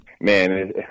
Man